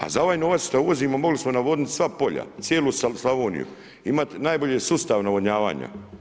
A za ovaj novac šta uvozimo mogli smo navodniti sva polja, cijelu Slavoniju, imat najbolji sustav navodnjavanja.